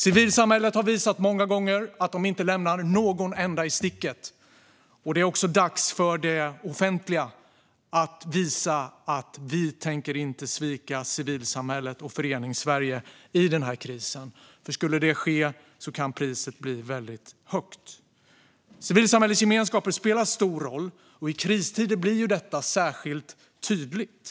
Civilsamhället har många gånger visat att de inte lämnar någon enda i sticket. Det är också dags för det offentliga att visa att vi inte tänker svika civilsamhället och Föreningssverige i den här krisen. Skulle det ske kan priset bli väldigt högt. Civilsamhällets gemenskaper spelar stor roll. I kristider blir detta särskilt tydligt.